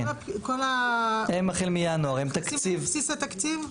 וכל התקציב בבסיס התקציב?